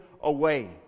away